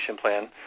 Plan